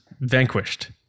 vanquished